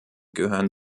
gehören